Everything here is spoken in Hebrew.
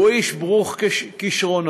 הוא איש ברוך כישרונות,